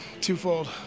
twofold